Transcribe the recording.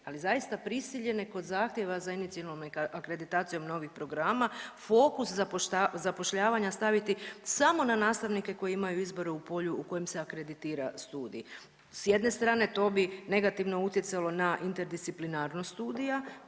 ali zaista prisiljene kod zahtjeva za inicijalnom akreditacijom novih programa, fokus zapošljavanja staviti samo na nastavnike koji imaju izbore u polju u kojem se akreditira studij. S jedne strane to bi negativno utjecalo na interdisciplinarnost studija